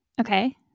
Okay